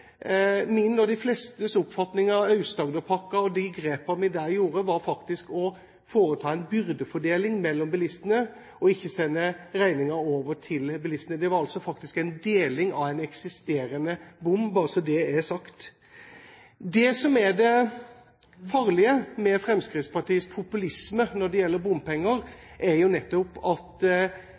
Min og de flestes oppfatning av Aust-Agderpakka og de grepene vi gjorde der, var faktisk å foreta en byrdefordeling mellom bilistene, og ikke sende regningen over til bilistene. Det var faktisk en deling av en eksisterende bom, bare så det er sagt. Det som er det farlige med Fremskrittspartiets populisme når det gjelder bompenger, er nettopp at